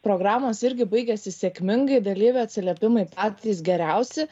programos irgi baigėsi sėkmingai dalyvių atsiliepimai patys geriausi